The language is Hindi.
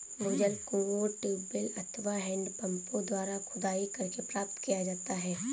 भूजल कुओं, ट्यूबवैल अथवा हैंडपम्पों द्वारा खुदाई करके प्राप्त किया जाता है